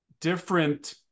different